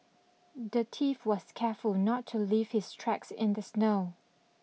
the thief was careful not to leave his tracks in the snow